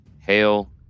hail